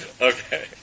Okay